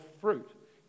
fruit